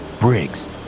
Briggs